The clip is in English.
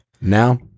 Now